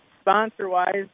sponsor-wise